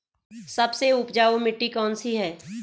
सबसे उपजाऊ मिट्टी कौन सी है?